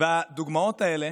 הדוגמאות האלה